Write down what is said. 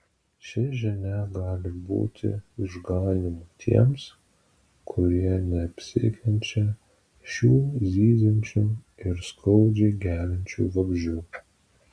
ši žinia gali būti išganymu tiems kurie neapsikenčia šių zyziančių ir skaudžiai geliančių vabzdžių